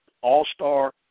all-star